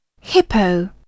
Hippo